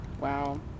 Wow